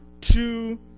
two